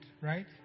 right